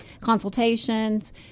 consultations